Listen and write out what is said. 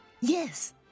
Yes